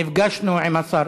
נפגשנו עם השרה